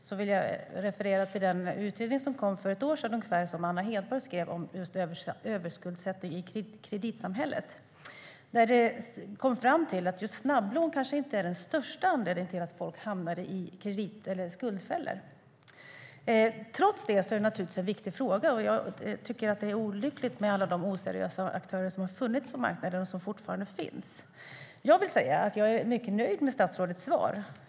Jag vill referera till den utredning som Anna Hedborg har gjort och som kom för ungefär ett år sedan om överskuldsättning i kreditsamhället. Där kom man fram till att just snabblån kanske inte är den största anledningen till att folk hamnar i skuldfällor. Trots detta är det här naturligtvis en viktig fråga. Jag tycker att det är olyckligt med alla de oseriösa aktörer som har funnits på marknaden och som fortfarande finns. Jag är mycket nöjd med statsrådets svar.